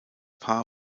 paar